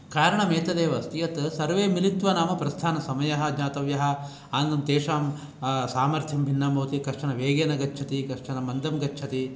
कारणमेतदेव अस्ति यत् सर्वे मिलित्वा नाम प्रस्थानसमयः ज्ञातव्यः अनन्तरं तेषां सामर्थ्यं भिन्नम् भवति कश्चन वेगेन गच्छति कश्चन मन्दं गच्छति